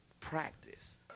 practice